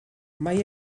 mai